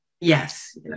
Yes